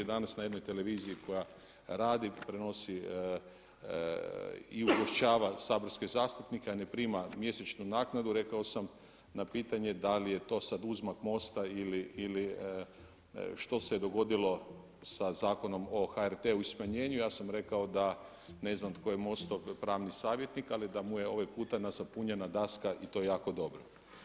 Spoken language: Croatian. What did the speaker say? Danas na jednoj televiziji koja radi, prenosi i ugošćava saborske zastupnike, a ne prima mjesečnu naknadu rekao sam na pitanje da li je to sada uzmak MOST-a ili što se dogodilo sa Zakonom o HRT-u i smanjenju, ja sam rekao da ne znam tko je MOST-ov pravni savjetnik ali da mu je ovaj puta nasapunjana daska i to jako dobro.